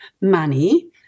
money